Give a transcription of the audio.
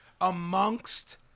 amongst